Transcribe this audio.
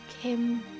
Kim